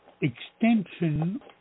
extension